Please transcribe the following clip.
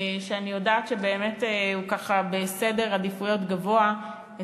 שאני יודעת שהוא במקום גבוה בסדר העדיפויות של השר.